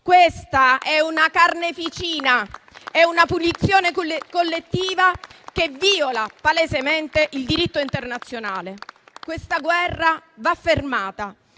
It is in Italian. Questa è una carneficina, è una punizione collettiva che vìola palesemente il diritto internazionale. Questa guerra va fermata